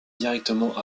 directement